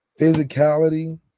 physicality